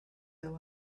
other